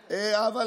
כואב בעיניי.